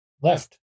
left